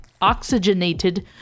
oxygenated